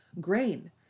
Grain